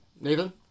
Nathan